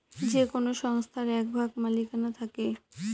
যে কোনো সংস্থার এক ভাগ মালিকানা থাকে